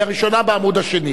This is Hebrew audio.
כן.